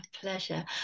pleasure